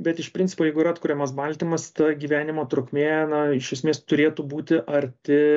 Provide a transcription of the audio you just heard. bet iš principo jeigu yra atkuriamas baltymas ta gyvenimo trukmė na iš esmės turėtų būti arti